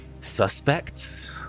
suspects